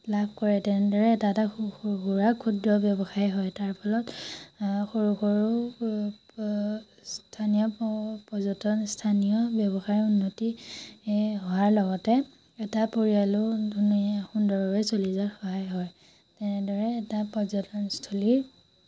লাভ কৰে তেনেদৰে এটা এটা সৰু সুৰা ক্ষুদ্ৰ ব্যৱসায় হয় তাৰ ফলত আ সৰু সৰু স্থানীয় পৰ্যটন স্থানীয় ব্যৱসায়ৰ উন্নতি এ হোৱাৰ লগতে এটা পৰিয়ালো ধুনীয়া সুন্দৰভাৱে চলি যোৱাত সহায় হয় তেনেদৰে এটা পৰ্যটনস্থলীৰ